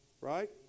right